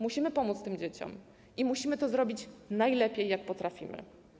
Musimy pomóc tym dzieciom i musimy to zrobić najlepiej, jak potrafimy.